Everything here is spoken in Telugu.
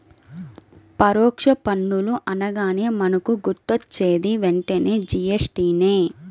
పరోక్ష పన్నులు అనగానే మనకు గుర్తొచ్చేది వెంటనే జీ.ఎస్.టి నే